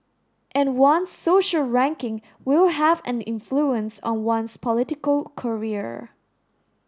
and one's social ranking will have an influence on one's political career